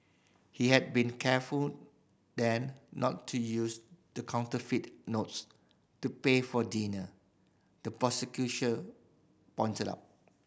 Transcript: he had been careful then not to use the counterfeit notes to pay for dinner the pointed out